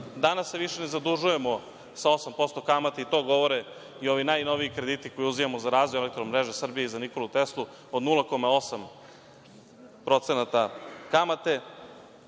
Danas se više ne zadužujemo sa 8% i to govore i ovi najnoviji krediti koje uzimamo za razvoj Elektromreže Srbije i za „Nikolu Teslu“ od 0,8% kamate.